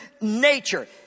nature